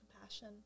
compassion